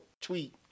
tweet